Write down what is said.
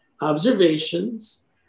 observations